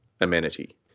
amenity